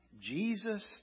Jesus